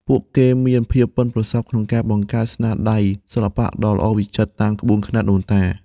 ពួកគេមានភាពប៉ិនប្រសប់ក្នុងការបង្កើតស្នាដៃសិល្បៈដ៏ល្អវិចិត្រតាមក្បួនខ្នាតដូនតា។